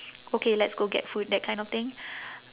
okay let's go get food that kind of thing